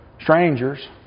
strangers